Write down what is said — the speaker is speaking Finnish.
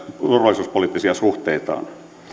turvallisuuspoliittisia suhteitaan